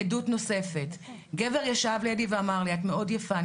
עדות נוספת: "גבר ישב לידי ואמר לי: את מאוד יפה,